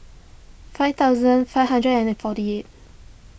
five thousand five hundred and forty eight